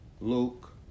Luke